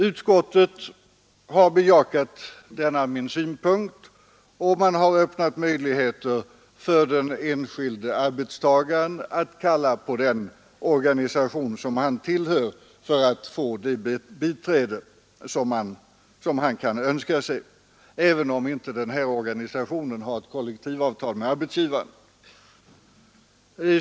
Utskottet har bejakat denna min synpunkt, och man har öppnat möjligheter för den enskilde arbetstagaren att kalla på den organisation som han tillhör för att få det biträde han kan önska sig, även om inte denna organisation har ett kollektivavtal med arbetsgivaren.